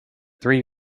three